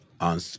on